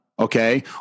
Okay